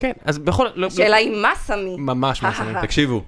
אז בכל זאת השאלה היא מה שמים ממש מה שמים.